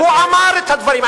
הוא אמר את הדברים.